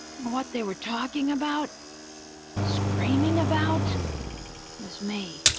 and what they were talking about screaming about was me.